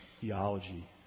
theology